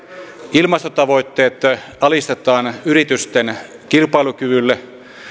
ilmastotavoitteet alistetaan yritysten kilpailukyvylle